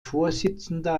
vorsitzender